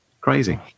Crazy